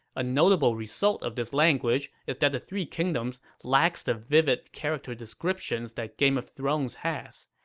a notable result of this language is that the three kingdoms lacks the vivid character descriptions that game of thrones has.